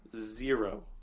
zero